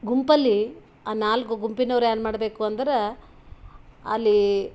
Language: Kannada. ಗುಂಪಲ್ಲಿ ಆ ನಾಲ್ಕು ಗುಂಪಿನವ್ರು ಏನು ಮಾಡಬೇಕು ಅಂದ್ರೆ ಅಲ್ಲಿ